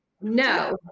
no